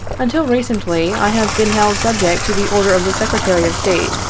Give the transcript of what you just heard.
until recently i have been held subject to the order of the secretary of state,